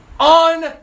On